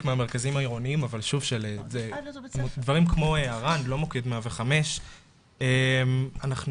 אבל דברים כמו ער"ן לא מוקד 105. אנחנו